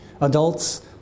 Adults